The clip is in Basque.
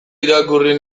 irakurri